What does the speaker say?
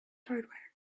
hardware